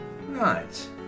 Right